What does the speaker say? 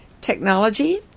technology